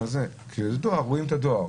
כשיש דואר, רואים את הדואר.